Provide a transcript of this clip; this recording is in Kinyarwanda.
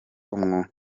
umwuga